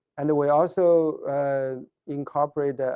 and we also incorporate